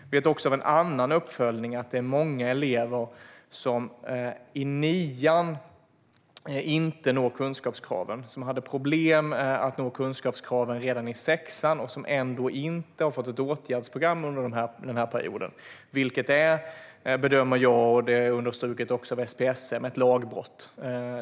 Jag vet också av en annan uppföljning att av de elever som inte uppnår kunskapskraven i nian är det många som hade problem att nå kunskapskraven redan i sexan men som ändå inte fått ett åtgärdsprogram under den perioden. Det är, bedömer jag och understryker SPSM, ett lagbrott.